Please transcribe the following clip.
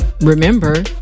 Remember